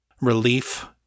Relief